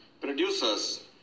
Producers